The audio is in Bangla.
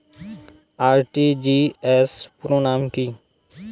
আর.টি.জি.এস পুরো নাম কি?